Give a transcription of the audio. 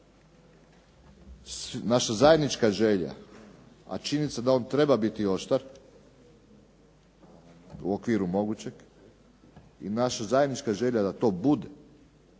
Naša zajednička želja, a činjenica je da on treba biti oštar u okviru mogućeg i naša zajednička želja je da to bude